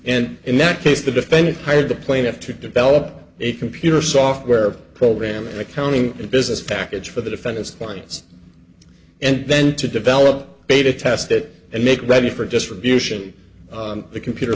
and in that case the defendant hired the plaintiff to develop a computer software program in accounting and business package for the defendants clients and then to develop beta test it and make ready for distribution the computer